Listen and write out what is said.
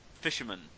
Fisherman